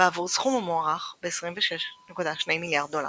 בעבור סכום המוערך ב-26.2 מיליארד דולר.